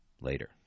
later